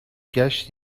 ﮔﺸﺘﯿﻢ